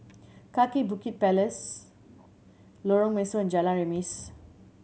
Kaki Bukit Palace Lorong Mesu and Jalan Remis